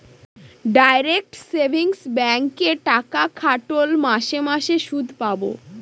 direct savings ব্যাঙ্কে টাকা খাটোল মাস মাস সুদ পাবো